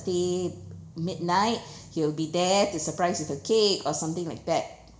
~day midnight he will be there to surprise with a cake or something like that